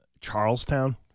Charlestown